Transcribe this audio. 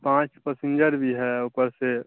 پانچ پسنجر بھی ہے اوپر سے